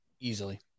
Easily